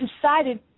decided